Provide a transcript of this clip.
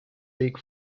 weg